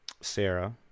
Sarah